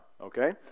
okay